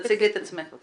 תציגי את עצמך, בבקשה.